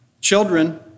Children